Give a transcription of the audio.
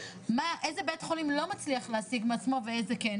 איזה בית חולים לא מצליח להשיג מעצמו ואיזה כן,